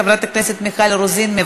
חברת הכנסת מיכל רוזין,